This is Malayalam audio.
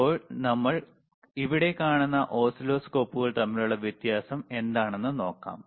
ഇപ്പോൾ നമ്മൾ ഇവിടെ കാണുന്ന ഓസിലോസ്കോപ്പുകൾ തമ്മിലുള്ള വ്യത്യാസം എന്താണെന്ന് നോക്കാം